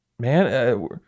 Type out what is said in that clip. Man